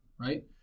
right